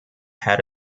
had